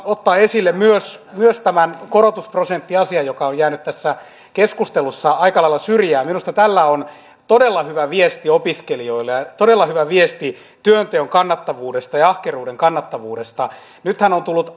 ottaa esille myös myös tämän korotusprosenttiasian joka on jäänyt tässä keskustelussa aika lailla syrjään minusta tällä on todella hyvä viesti opiskelijoille ja todella hyvä viesti työnteon kannattavuudesta ja ahkeruuden kannattavuudesta nythän on tullut